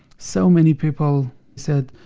so many people said,